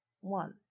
One